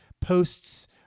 posts